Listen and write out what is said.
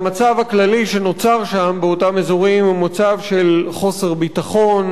והמצב הכללי שנוצר באותם אזורים הוא מצב של חוסר ביטחון,